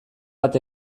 bat